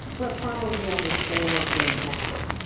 but probably only four of them matter.